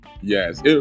Yes